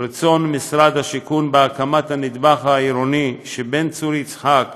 ורצון משרד השיכון בהקמת הנדבך העירוני בין צור יצחק